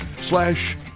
Slash